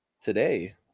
today